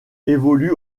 évolue